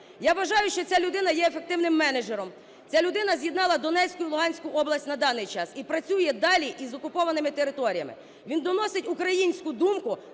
Я вважаю, що ця людина є ефективним менеджером. Ця людина з'єднала Донецьку і Луганську область. На даний час і працює далі із окупованими територіями. Він доносить українську думку